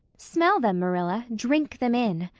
smell them, marilla drink them in.